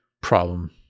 problem